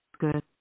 good